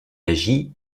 agit